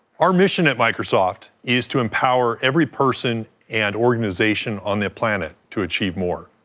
our mission at microsoft is to empower every person and organization on the planet to achieve more,